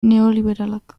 neoliberalak